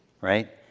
right